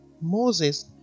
moses